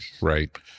right